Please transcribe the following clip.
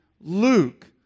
Luke